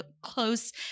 close